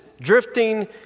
drifting